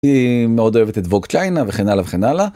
מאוד אוהבת את וק צ'יינה וכן הלאה וכן הלאה.